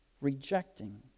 rejecting